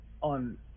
on